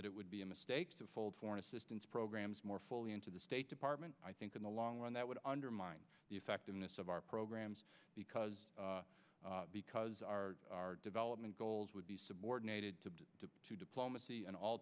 that it would be a mistake to fold foreign assistance programs more fully into the state department i think in the long run that would undermine the effectiveness of our programs because because our development goals would be subordinated to diplomacy and all